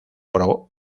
pro